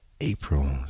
April